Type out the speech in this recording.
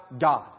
God